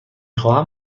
خواهم